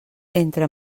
entre